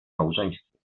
małżeństwie